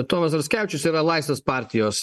tomas raskevičius yra laisvės partijos